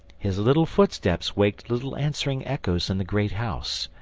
his little footsteps waked little answering echoes in the great house.